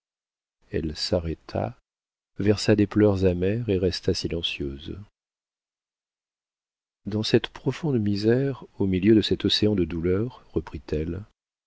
elle s'arrêta versa des pleurs amers et resta silencieuse dans cette profonde misère au milieu de cet océan de douleur reprit-elle